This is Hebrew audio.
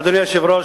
אדוני היושב-ראש,